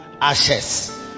ashes